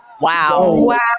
Wow